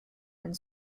and